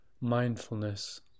mindfulness